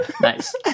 Nice